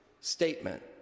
statement